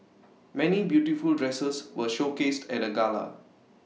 many beautiful dresses were showcased at the gala